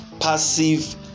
passive